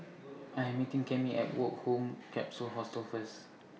I Am meeting Cammie At Woke Home Capsule Hostel First